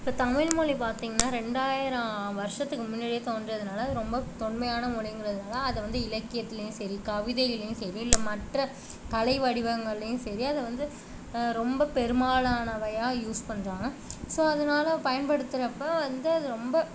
இப்போ தமிழ்மொழி பார்த்திங்னா ரெண்டாயிரம் வருஷத்துக்கு முன்னாடியே தோன்றியதுனால் அது ரொம்ப தொன்மையான மொழிங்கிறதுனால் அதை வந்து இலக்கியத்திலையும் சரி கவிதையிலையும் சரி இல்லை மற்ற கலை வடிவங்கள்லையும் சரி அதை வந்து ரொம்ப பெரும்மாளானவையாக யூஸ் பண்ணுறாங்க ஸோ அதுனால் பயன்படுத்துறப்போ வந்து அது ரொம்ப